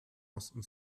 osten